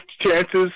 chances